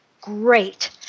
Great